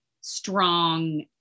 strong